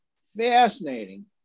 fascinating